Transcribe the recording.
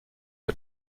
que